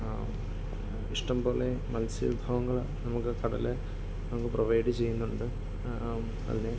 ഇഷ്ടം പോലെ മത്സ്യ വിഭവങ്ങള് നമുക്ക് കടല് നമുക്ക് പ്രൊവൈഡ് ചെയ്യുന്നുണ്ട് ആ അതിനെ